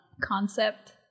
concept